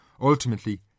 Ultimately